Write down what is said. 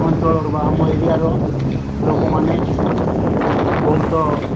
ଅଞ୍ଚଳର ବା ଆମ ଏରିଆର ଲୋକମାନେ ବହୁତ